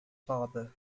father